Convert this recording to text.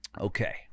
okay